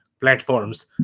platforms